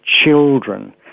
children